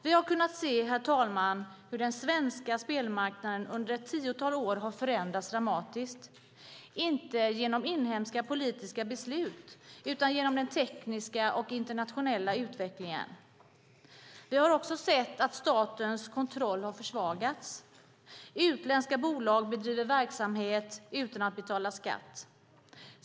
Vi har kunnat se, herr talman, hur den svenska spelmarknaden under ett tiotal år har förändrats dramatiskt - inte genom inhemska politiska beslut utan genom den tekniska och internationella utvecklingen. Vi har också sett att statens kontroll har försvagats. Utländska bolag bedriver verksamhet utan att betala skatt.